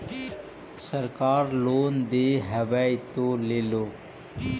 सरकार लोन दे हबै तो ले हो?